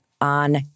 on